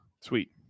Sweet